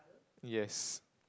yes